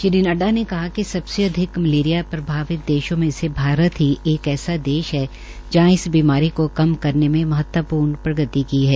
श्री नड्डा ने कहा कि सबसे अधिक मलेरिया प्रभावित देशों में से भारत ही एक ऐसा देश है जहां इसी बीमारी को कम करने में महत्वपूर्ण प्रगति की है